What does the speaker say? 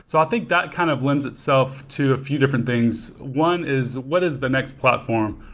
so i think that kind of lends itself to a few different things. one is what is the next platform?